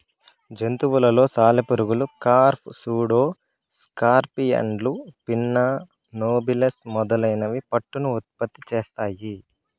జంతువులలో సాలెపురుగులు, carp, pseudo స్కార్పియన్లు, పిన్నా నోబిలస్ మొదలైనవి పట్టును ఉత్పత్తి చేస్తాయి